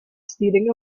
stealing